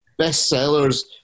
bestsellers